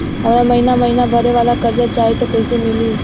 हमरा महिना महीना भरे वाला कर्जा चाही त कईसे मिली?